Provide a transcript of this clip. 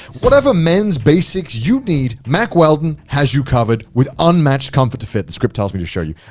whatever men's basics you need, mack weldon has you covered with unmatched comfort to fit. the script tells me to show you.